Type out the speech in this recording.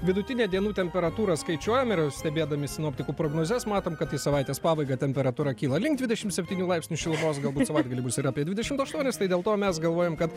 vidutinę dienų temperatūrą skaičiuojam ir jau stebėdami sinoptikų prognozes matom kad į savaitės pabaigą temperatūra kyla link dvidešimt septynių laipsnių šilumos galbūt savaitgalį bus ir apie dvidešimt aštuonis tai dėl to mes galvojom kad